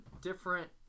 different